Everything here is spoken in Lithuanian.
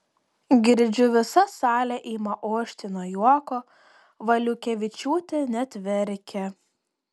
girdžiu visa salė ima ošti nuo juoko valiukevičiūtė net verkia